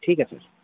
ٹھیک ہے سر